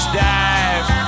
dive